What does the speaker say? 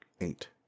Eight